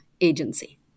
agency